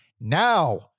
Now